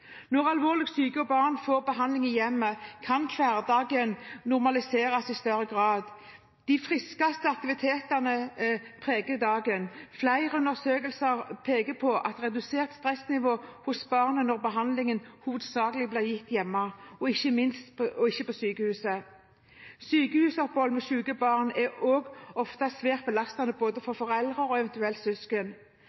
Når alvorlig syke barn får behandling i hjemmet, kan hverdagen normaliseres i større grad. De «friskeste» aktivitetene preger dagen. Flere undersøkelser peker på et redusert stressnivå hos barnet når behandlingen hovedsakelig ble gitt i hjemmet og ikke på sykehuset. Sykehusopphold med syke barn er også ofte svært belastende både for foreldre og